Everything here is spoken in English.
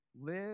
live